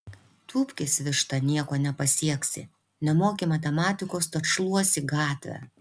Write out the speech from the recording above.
tūpkis višta nieko nepasieksi nemoki matematikos tad šluosi gatvę